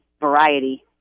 variety